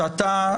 שאתה,